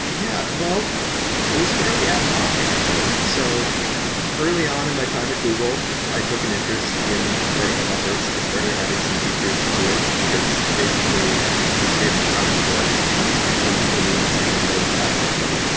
yeah. well it was fairly ad hoc actually. so early on at my time at google, i took an interest in protocol buffers. i started adding some features to it, because basically the state of the project was when people needed something, they add something.